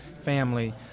family